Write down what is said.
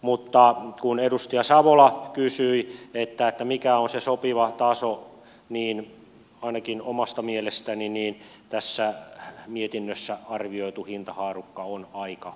mutta kun edustaja savola kysyi mikä on se sopiva taso niin ainakin omasta mielestäni tässä mietinnössä arvioitu hintahaarukka on aika korkea